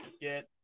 get